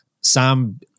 Sam